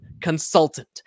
consultant